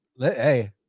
Hey